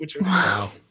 Wow